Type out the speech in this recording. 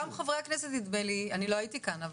אני לא הייתי כאן,